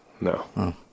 No